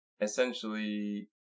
essentially